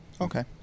Okay